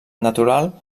natural